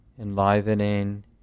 enlivening